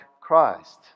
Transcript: Christ